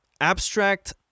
abstract